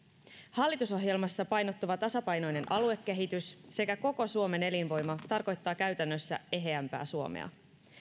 hallitusohjelmassa painottuva tasapainoinen aluekehitys sekä koko suomen elinvoima tarkoittavat käytännössä eheämpää suomea